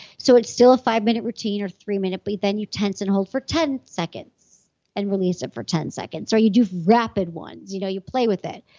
so it's still a five minute routine or three minute, but then you tense and hold for ten seconds and release it for ten seconds, or you do rapid ones. you know you play with it,